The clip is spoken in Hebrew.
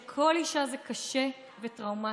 לכל אישה זה קשה וטראומטי.